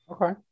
okay